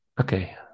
okay